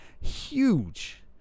Huge